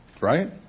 Right